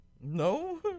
no